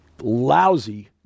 lousy